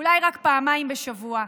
אולי רק פעמיים בשבוע,